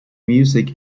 music